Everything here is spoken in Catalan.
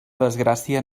desgràcia